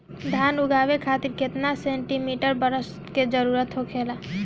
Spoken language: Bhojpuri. धान उगावे खातिर केतना सेंटीमीटर बरसात के जरूरत होखेला?